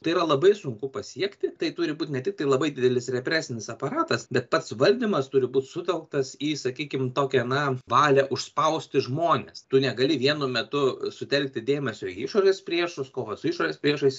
tai yra labai sunku pasiekti tai turi būt ne tiktai labai didelis represinis aparatas bet pats valdymas turi būt sutelktas į sakykim tokią na valią užspausti žmones tu negali vienu metu sutelkti dėmesio į išorės priešus kovot su išorės priešais